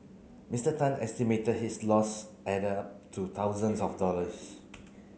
Mister Tan estimated his loss added up to thousands of dollars